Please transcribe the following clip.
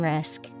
Risk